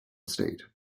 state